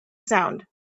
sound